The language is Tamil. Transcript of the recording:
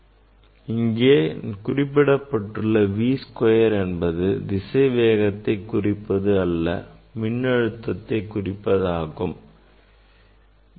q by m equal to Y 2 D இங்கே நாம் குறிப்பிட்டுள்ள V square என்பது திசைவேகத்தை குறிப்பது அல்ல மின்னழுத்தத்தை குறிப்பதாகும்